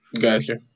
Gotcha